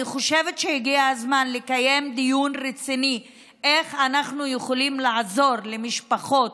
אני חושבת שהגיע הזמן לקיים דיון רציני איך אנחנו יכולים לעזור למשפחות,